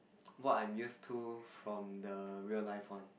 what I'm used to from the real life one